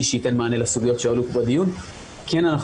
שייתן מענה לסוגיות שעלו פה בדיון כי הנה,